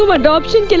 um adoption.